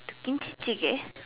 to